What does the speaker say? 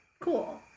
cool